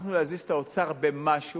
הצלחנו להזיז את האוצר במשהו,